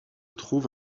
trouve